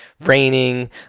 raining